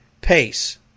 pace